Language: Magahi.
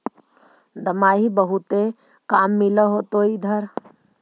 दमाहि बहुते काम मिल होतो इधर?